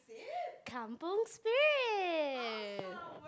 Kampung Spirit